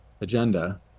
agenda